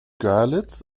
görlitz